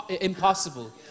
impossible